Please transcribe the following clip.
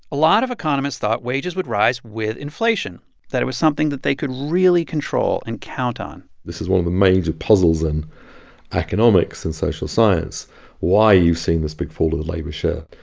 a lot of economists thought wages would rise with inflation that it was something that they could really control and count on this is one of the major puzzles in economics and social science why you've seen this big fall of the labor share.